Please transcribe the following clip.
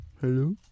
Hello